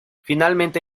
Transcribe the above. finalmente